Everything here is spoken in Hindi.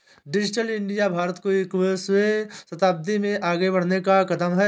डिजिटल इंडिया भारत को इक्कीसवें शताब्दी में आगे बढ़ने का कदम है